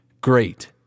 great